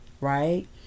right